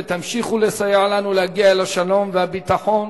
ותמשיכו לסייע לנו להגיע אל השלום והביטחון